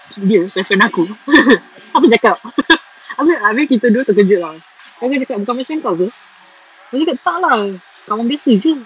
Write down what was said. dia best friend aku aku cakap aku cakap abeh kita dua terkejut [tau] abeh aku cakap bukan best friend kau ke dia cakap tak lah kawan biasa jer